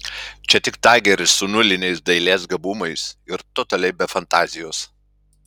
čia tik tageris su nuliniais dailės gabumais ir totaliai be fantazijos